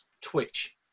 twitch